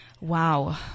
Wow